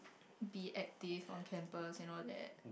be active on campus and all that